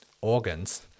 organs